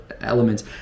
elements